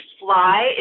fly